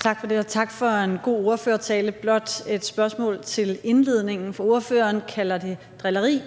Tak for det, og tak for en god ordførertale. Jeg har blot et spørgsmål til indledningen, for ordføreren kalder det drilleri,